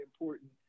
important